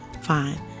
fine